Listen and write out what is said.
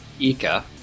Ika